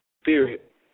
spirit